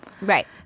Right